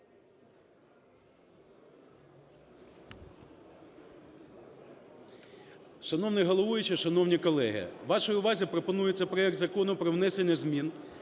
Шановний головуючий, шановні колеги, вашій увазі пропонується проект Закону про внесення змін